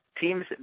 teams